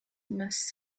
must